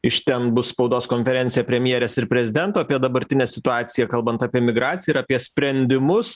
iš ten bus spaudos konferencija premjerės ir prezidento apie dabartinę situaciją kalbant apie migraciją ir apie sprendimus